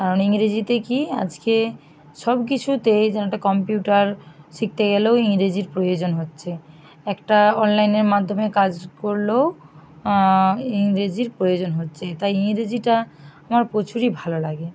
কারণ ইংরেজিতে কী আজকে সবকিছুতে যেমন একটা কম্পিউটার শিখতে গেলেও ইংরেজির প্রয়োজন হচ্ছে একটা অনলাইনের মাধ্যমে কাজ করলেও ইংরেজির প্রয়োজন হচ্ছে তাই ইংরেজিটা আমার প্রচুরই ভালো লাগে